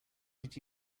did